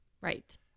Right